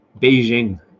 Beijing